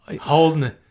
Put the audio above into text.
Holding